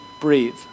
breathe